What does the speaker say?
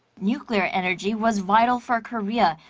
nuclear energy was vital for korea,